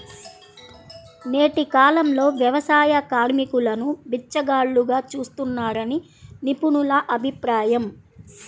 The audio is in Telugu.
నేటి కాలంలో వ్యవసాయ కార్మికులను బిచ్చగాళ్లుగా చూస్తున్నారని నిపుణుల అభిప్రాయం